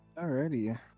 Alrighty